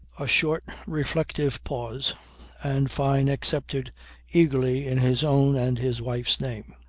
a short reflective pause and fyne accepted eagerly in his own and his wife's name.